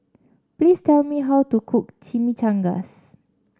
please tell me how to cook Chimichangas